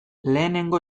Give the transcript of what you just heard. lehenengo